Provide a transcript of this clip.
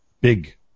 big